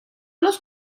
los